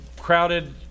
crowded